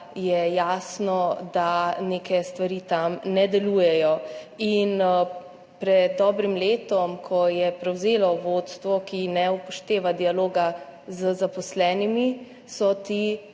je jasno, da neke stvari tam ne delujejo. Pred dobrim letom, ko je prevzelo vodstvo, ki ne upošteva dialoga z zaposlenimi, so ti